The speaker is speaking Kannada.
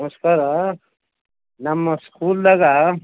ನಮಸ್ಕಾರ ನಮ್ಮ ಸ್ಕೂಲ್ದಾಗ